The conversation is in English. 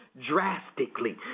drastically